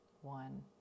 one